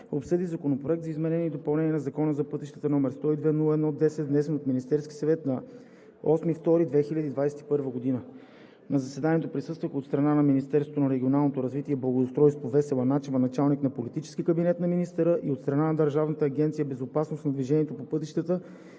обсъди Законопроект за изменение и допълнение на Закона за пътищата, № 102-01-10, внесен от Министерския съвет на 8 февруари 2021 г. На заседанието присъстваха: от страна на Министерството на регионалното развитие и благоустройството Весела Начева – началник на политическия кабинет на министъра, и от страна на Държавна агенция „Безопасност на движението по пътищата“